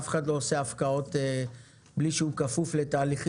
אף אחד לא עושה הפקעות בלי שהוא כפוף לתהליכים